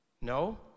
No